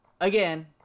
again